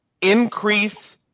increase